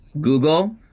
Google